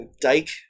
dike